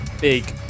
big